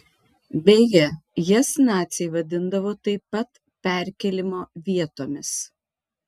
beje jas naciai vadindavo taip pat perkėlimo vietomis